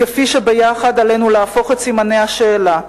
כפי שביחד עלינו להפוך את סימני השאלה,